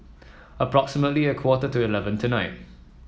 approximately a quarter to eleven tonight